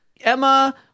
Emma